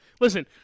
listen